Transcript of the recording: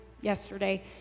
yesterday